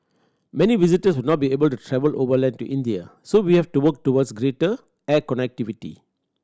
many visitors will not be able to travel overland to India so we have to work towards greater air connectivity